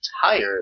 tired